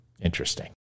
Interesting